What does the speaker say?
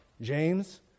James